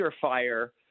fire